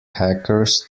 hackers